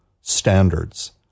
standards